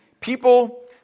people